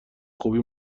خوبی